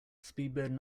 speedbird